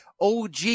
OG